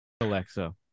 alexa